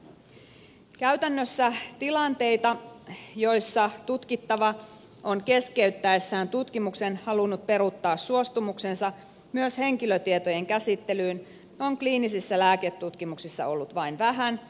käytännössä tilanteita joissa tutkittava on keskeyttäessään tutkimuksen halunnut peruuttaa suostumuksensa myös henkilötietojen käsittelyyn on kliinisissä lääketutkimuksissa ollut vain vähän